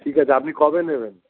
ঠিক আছে আপনি কবে নেবেন